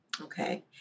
Okay